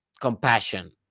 compassion